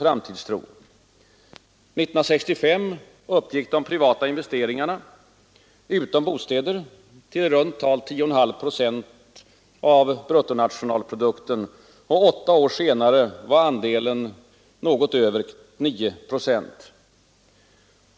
1965 uppgick de privata investeringarna utom bostäder till i runt tal 10,5 procent av bruttonationalprodukten. Åtta år senare var andelen något över 9 procent.